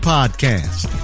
Podcast